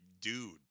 dude